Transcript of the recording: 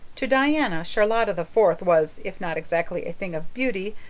to diana, charlotta the fourth was, if not exactly a thing of beauty,